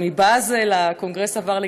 אבל מבאזל הקונגרס עבר לגרמניה,